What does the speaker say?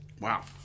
wow